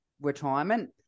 retirement